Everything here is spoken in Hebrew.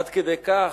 עד כדי כך,